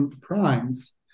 primes